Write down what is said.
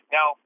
Now